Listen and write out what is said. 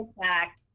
back